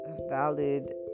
valid